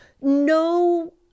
no